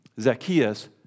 Zacchaeus